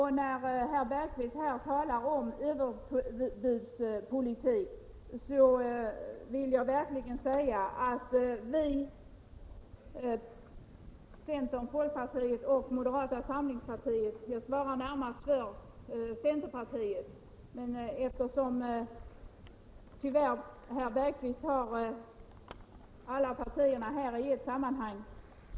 | Herr Bergqvist talar här om överbudspolitik från centern, folkpartiet och moderata samlingspartiet — herr Bergqvist tog tyvärr alla dessa partier i ett sammanhang.